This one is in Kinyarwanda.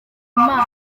amaso